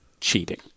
cheating